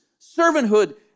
Servanthood